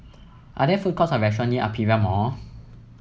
are there food courts or restaurant near Aperia Mall